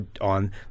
on